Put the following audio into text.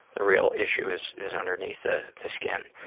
the real issue is is underneath the the skin.